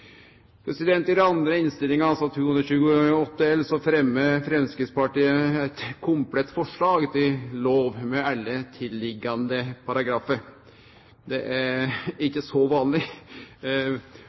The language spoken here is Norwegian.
I den andre innstillinga, altså Innst. 228 L, fremmar Framstegspartiet eit komplett forslag til lov, med alle paragrafar som høyrer til. Det er